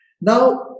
Now